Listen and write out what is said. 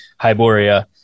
Hyboria